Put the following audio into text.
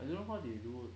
I don't know how they do